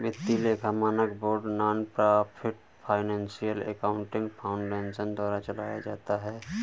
वित्तीय लेखा मानक board nonprofit financial accounting foundation द्वारा चलाया जाता है